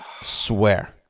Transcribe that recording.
Swear